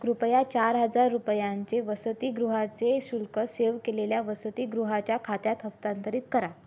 कृपया चार हजार रुपयांचे वसतीगृहाचे शुल्क सेव केलेल्या वसतीगृहाच्या खात्यात हस्तांतरित करा